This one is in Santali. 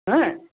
ᱦᱮᱸ